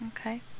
Okay